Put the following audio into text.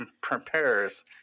prepares